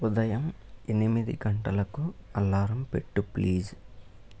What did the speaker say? ఉదయం ఎనిమిది గంటలకు అలారం పెట్టు ప్లీజ్